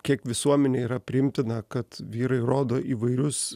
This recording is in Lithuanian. kiek visuomenėj yra priimtina kad vyrai rodo įvairius